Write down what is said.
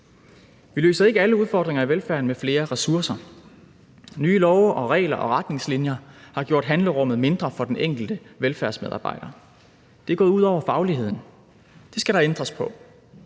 Vi løser ikke alle udfordringer i velfærden med flere ressourcer. Nye love og regler og retningslinjer har gjort handlerummet mindre for den enkelte velfærdsmedarbejder. Det er gået ud over fagligheden. Det skal der ændres på.